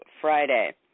Friday